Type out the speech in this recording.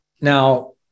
Now